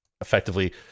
effectively